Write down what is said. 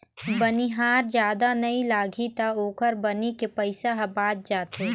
बनिहार जादा नइ लागही त ओखर बनी के पइसा ह बाच जाथे